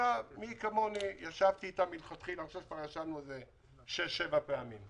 ישבתי איתם מלכתחילה ואני חושב שישבנו כבר שש-שבע פעמים.